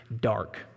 dark